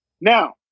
Now